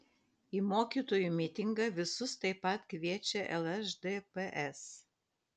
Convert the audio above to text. į mokytojų mitingą visus taip pat kviečia lšdps